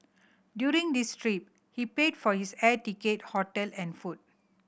during his trip he paid for his air ticket hotel and food